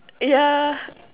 yeah